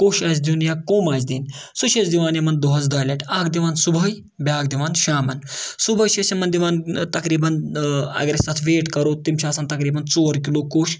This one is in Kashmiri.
کوٚش آسہِ دیُن یا کوٚم آسہِ دِنۍ سُہ چھِ أسۍ دِوان یِمَن دۄہَس دۄیہِ لَٹہِ اَکھ دِوان صُبحٲے بیٛاکھ دِوان شامَن صُبحٲے چھِ أسۍ یِمَن دِوان تقریٖبن اگر أسۍ تَتھ ویٹ کَرو تِم چھِ آسان تقریٖبن ژور کِلوٗ کوٚش